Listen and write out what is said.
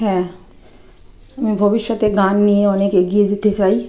হ্যাঁ ভবিষ্যতে গান নিয়ে অনেক এগিয়ে যেতে চাই